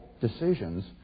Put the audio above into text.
decisions